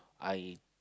I